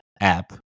app